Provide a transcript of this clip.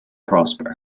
prosper